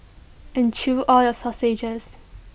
and chew all your sausages